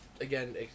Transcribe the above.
again